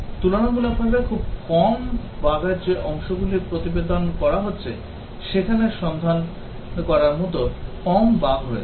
তুলনামূলকভাবে খুব কম বাগের যে অংশগুলি প্রতিবেদন করা হচ্ছে সেখানে সন্ধান করার মতো কম বাগ রয়েছে